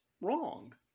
wrong